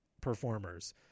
performers